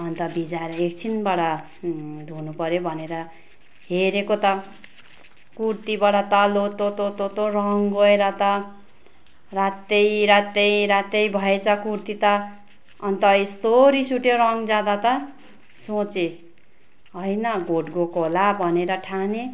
अन्त भिजाएर एकछिनबाट धुनु पऱ्यो भनेर हेरेको त कुर्तीबाट त लोतो तो तो रङ गएर त रातै रातै रातै भएछ कुर्ती त अन्त यस्तो रिस उठ्यो रङ जाँदा त सोचे होइन घोट गएको होला भनेर ठाने